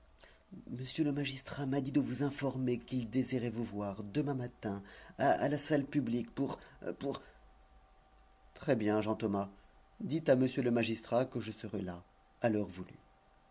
monsieur le magistrat m'a dit de vous informer qu'il désirait vous voir demain matin à la salle publique pour pour très bien jean thomas dites à m le magistrat que je serai là à l'heure voulue